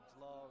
love